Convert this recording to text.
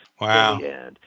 Wow